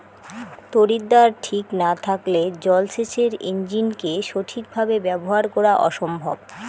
তড়িৎদ্বার ঠিক না থাকলে জল সেচের ইণ্জিনকে সঠিক ভাবে ব্যবহার করা অসম্ভব